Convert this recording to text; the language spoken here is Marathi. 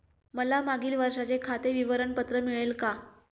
मला मागील वर्षाचे खाते विवरण पत्र मिळेल का?